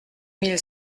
mille